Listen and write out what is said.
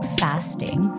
fasting